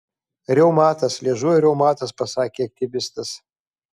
reumatas liežuvio reumatas pasakė aktyvistas